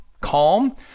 Calm